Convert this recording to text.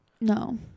no